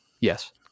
Yes